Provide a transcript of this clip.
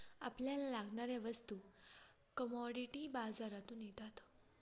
आपल्याला लागणाऱ्या वस्तू कमॉडिटी बाजारातून येतात